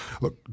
Look